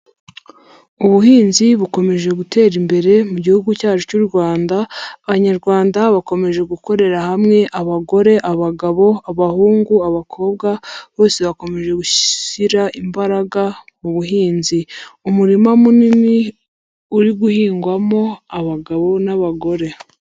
Ubuhinzi bukomeje gutera imbere mu Gihugu cyacu cy'u Rwanda, Abanyarwanda bakomeje gukorera hamwe abagore, abagabo, abahungu, abakobwa, bose bakomeje gushyira imbaraga mu buhinzi; umurima munini uri guhingwamo abagabo n'abagore.